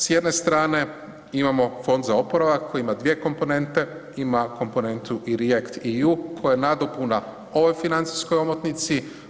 S jedne strane imamo fond za oporavak koji ima dvije komponente, ima komponentu ReactEU koja je nadopuna ovoj financijskoj omotnici.